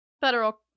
federal